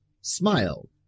Smile